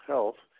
Health